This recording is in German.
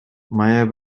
mayer